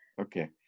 Okay